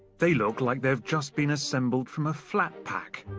they look like they've just been assembled from a flat-pack.